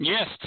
Yes